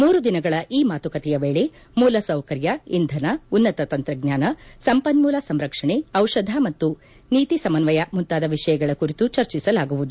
ಮೂರು ದಿನಗಳ ಈ ಮಾತುಕತೆಯ ವೇಳೆ ಮೂಲಸೌಕರ್ಯ ಇಂಧನ ಉನ್ನತ ತಂತ್ರಜ್ಞಾನ ಸಂಪನ್ಮೂಲ ಸಂರಕ್ಷಣೆ ಔಷಧ ಮತ್ತು ನೀತಿ ಸಮನ್ವಯ ಮುಂತಾದ ವಿಷಯಗಳ ಕುರಿತು ಚರ್ಚಿಸಲಾಗುವುದು